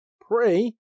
Pray